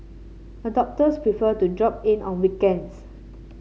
adopters prefer to drop in on weekends